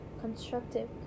constructive